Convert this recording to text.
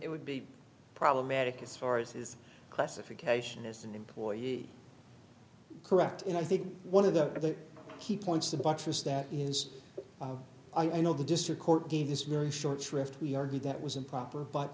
it would be problematic as far as his classification as an employee correct and i think one of the other key points to buttress that is i know the district court gave this very short shrift we argued that was improper but